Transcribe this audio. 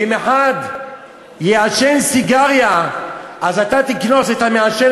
ואם אחד יעשן סיגריה אז אתה תקנוס את המעשן